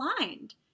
aligned